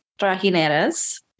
trajineras